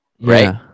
right